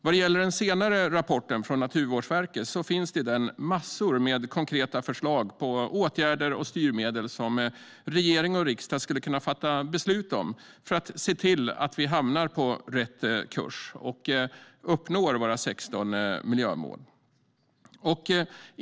Vad gäller det senare, rapporten från Naturvårdsverket, finns det i den massor av konkreta förslag på åtgärder och styrmedel som regering och riksdag skulle kunna fatta beslut om för att se till att vi hamnar på rätt kurs och uppnår våra 16 miljömål.